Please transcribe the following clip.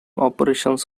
operations